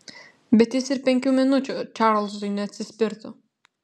bet jis ir penkių minučių čarlzui neatsispirtų